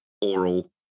oral